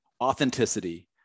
authenticity